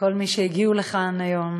כל מי שהגיעו לכאן היום,